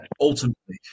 ultimately